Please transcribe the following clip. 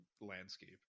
landscape